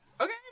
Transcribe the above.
Okay